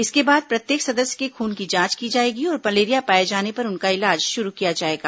इसके बाद प्रत्येक सदस्य के खून की जांच की जाएगी और मलेरिया पाए जाने पर उनका इलाज शुरू किया जाएगा